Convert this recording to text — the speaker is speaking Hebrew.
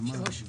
היושב-ראש,